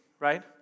right